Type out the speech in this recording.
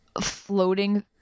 floating